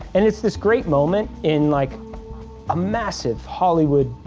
and it's this great moment in like a massive hollywood,